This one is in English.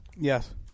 Yes